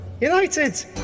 united